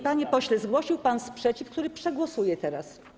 Panie pośle, zgłosił pan sprzeciw, który przegłosuję teraz.